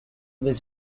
was